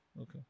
Okay